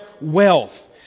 wealth